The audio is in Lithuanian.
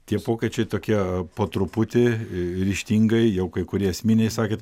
tie pokyčiai tokie po truputį ryžtingai jau kai kurie esminiai sakėt